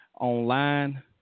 online